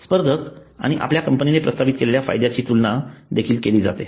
स्पर्धक आणि आपल्या कंपनीने प्रस्तावित केलेल्या फायद्यांची तुलना देखील केली जाते